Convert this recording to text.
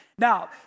Now